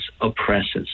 oppresses